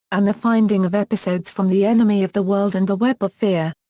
and the finding of episodes from the enemy of the world and the web of fear.